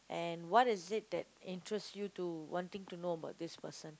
and what is it that interest you to wanting to know about this person